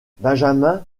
benjamin